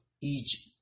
Egypt